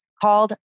called